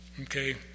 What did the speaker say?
okay